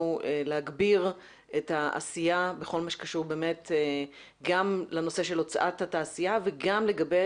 להגביר את העשייה בכל מה שקשור גם לנושא של הוצאת התעשייה וגם לגבי